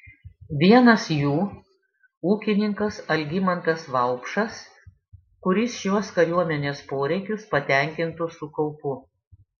vienas jų ūkininkas algimantas vaupšas kuris šiuos kariuomenės poreikius patenkintų su kaupu